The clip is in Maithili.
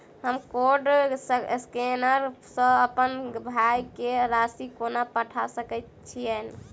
हम कोड स्कैनर सँ अप्पन भाय केँ राशि कोना पठा सकैत छियैन?